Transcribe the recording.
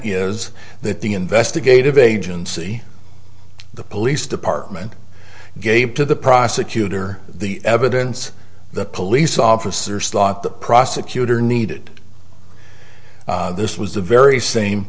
is that the investigative agency the police department gave to the prosecutor the evidence the police officers thought the prosecutor needed this was the very same